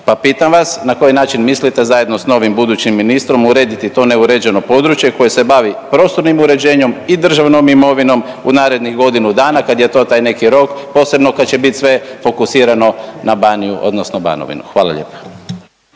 Pa pitam vas, na koji način mislite zajedno s novim budućim ministrom urediti to neuređeno područje koje se bavi prostornim uređenjem i državnom imovinom u narednih godinu dana kad je to taj neki rok, posebno kad će bit sve fokusirano na Baniju odnosno Banovinu? Hvala lijepa.